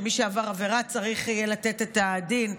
שמי שעבר עבירה צריך יהיה לתת את הדין,